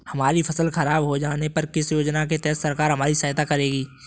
हमारी फसल खराब हो जाने पर किस योजना के तहत सरकार हमारी सहायता करेगी?